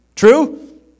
True